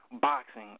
boxing